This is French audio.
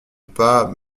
pas